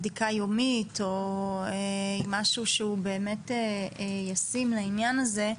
בדיקה יומית או משהו שהוא באמת ישים לעניין הזה?